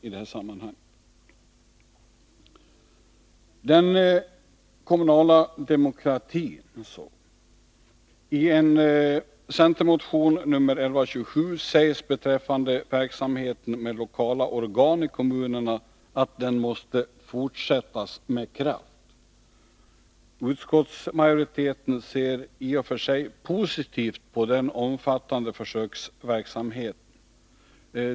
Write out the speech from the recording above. När det gäller den kommunala demokratin sägs det i en centermotion, 1982/83:1127, beträffande verksamheten med lokala organ i kommunerna att den måste fortsätta med kraft. Utskottsmajoriteten ser i och för sig positivt på den omfattande försöksverksamheten.